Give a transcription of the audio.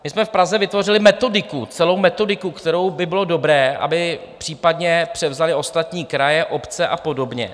My jsme v Praze vytvořili metodiku, celou metodiku, kterou by bylo dobré, aby případně převzaly ostatní kraje, obce a podobně.